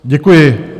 Děkuji.